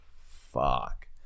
Fuck